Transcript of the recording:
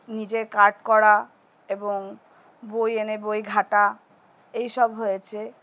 নিজে কার্ড করা এবং বই এনে বই ঘাটা এইসব হয়েছে